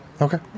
Okay